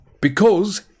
Because